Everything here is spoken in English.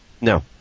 No